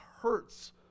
hurts